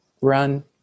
run